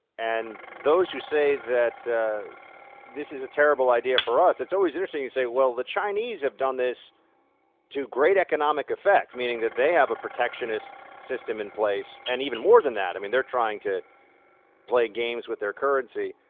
and those who say that this is a terrible idea for us. it's always interesting to say, well, the chinese have done this to great economic effect, meaning that they have a protectionist system in place and even more than that. i mean they're trying to play games with their currency,